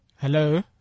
hello